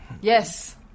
Yes